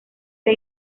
era